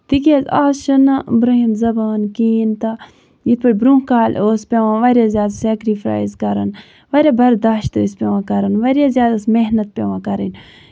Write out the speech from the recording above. تِکیازِ آز چھِنہٕ بروہِم زَمان کِہینۍ تہٕ یِتھ پٲٹھۍ برونہہ کالہٕ اوس پیوان واریاہ زیادٕ سیکرِفایِس کَرُن واریاہ برداشت ٲسۍ پیوان کَرُن واریاہ زیادٕ ٲسۍ محنت پیوان کَرٕنۍ